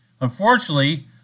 Unfortunately